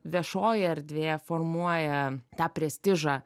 viešoji erdvė formuoja tą prestižą